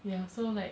ya so like